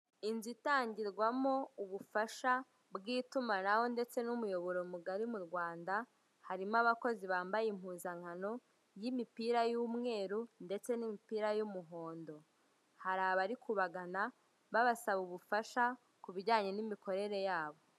Inzu itangirwamo ubufasha bw'itumanaho ndetse n'umuyoboro mugari mu Rwanda harimo abakozi bambaye impuzankano y'imipira y'umweru n'imipira y'umuhondo. Hari abari kubagana babasaba ubufasha ku bijyanye n'imikorere yabo.